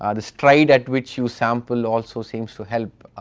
ah the strident which you sample also seems to help,